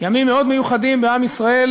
ימים מאוד מיוחדים בעם ישראל,